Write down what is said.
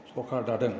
सरकार दादों